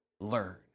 learn